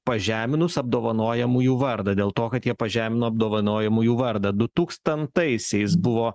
pažeminus apdovanojamųjų vardą dėl to kad jie pažemino apdovanojamųjų vardą du tūkstantaisiais buvo